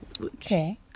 Okay